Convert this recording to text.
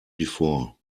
before